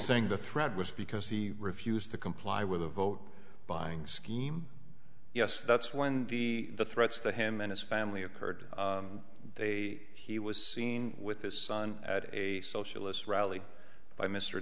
saying the threat was because he refused to comply with a vote buying scheme yes that's when the threats to him and his family occurred they he was seen with his son at a socialist rally by mr